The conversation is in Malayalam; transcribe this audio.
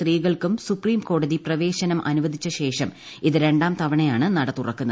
സ്ത്രീകൾക്കും സുപ്രീം കോടതി പ്രവേശനം അനുവദിച്ച ശേഷം ഇത് രണ്ടാം തവണയാണ് നട തുറക്കുന്നത്